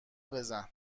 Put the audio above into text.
بزن